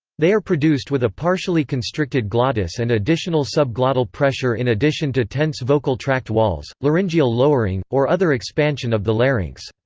they are produced with a partially constricted glottis and additional subglottal pressure in addition to tense vocal tract walls, laryngeal lowering, or other expansion of the larynx.